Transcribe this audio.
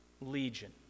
Legion